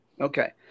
okay